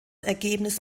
ergebnis